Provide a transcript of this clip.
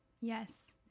Yes